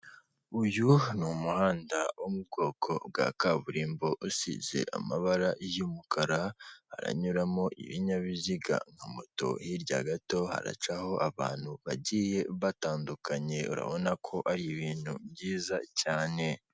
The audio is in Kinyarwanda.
Uyu ni umuhanda wo mu bwoko bwa kaburimbo usize amabara y'umukara, haranyuramo ibinyabiziga nka moto, hirya gato haracaho abantu bagiye batandukanye, urabona ko ari ibintu byiza cyane.